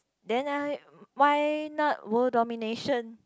then I why not world domination